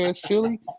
chili